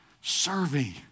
serving